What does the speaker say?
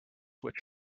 which